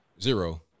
zero